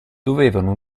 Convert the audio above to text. dovevano